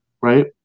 right